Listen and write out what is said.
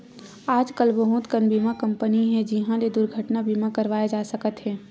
आजकल बहुत कन बीमा कंपनी हे जिंहा ले दुरघटना बीमा करवाए जा सकत हे